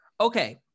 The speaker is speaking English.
okay